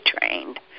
trained